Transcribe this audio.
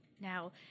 Now